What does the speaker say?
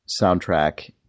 soundtrack